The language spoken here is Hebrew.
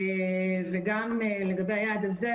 גם לגבי יעד זה,